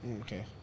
Okay